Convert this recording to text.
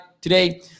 today